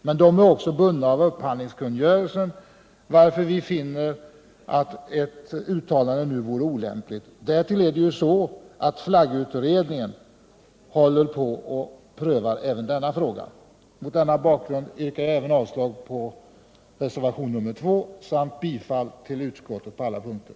Men man är också bunden av upphandlingskungörelsen, varför vi finner att ett uttalande nu vore olämpligt. Dessutom har flaggutredningen även denna fråga under prövning. Mot denna bakgrund yrkar jag avslag på reservationen 2 samt bifall till vad utskottet hemställt på alla punkter.